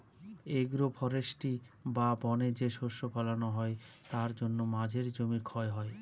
agro forestry বা বনে যে শস্য ফলানো হয় তার জন্য মাঝের জমি ক্ষয় হয়